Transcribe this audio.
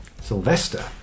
Sylvester